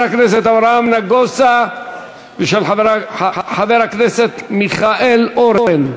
של חבר הכנסת אברהם נגוסה ושל חבר הכנסת מיכאל אורן.